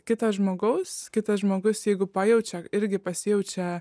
kito žmogaus kitas žmogus jeigu pajaučia irgi pasijaučia